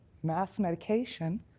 mass medication,